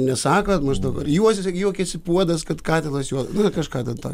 nesakot maždaug ar juos juokiasi puodas kad katilas juodas nu kažką ten tokio